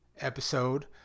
episode